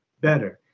better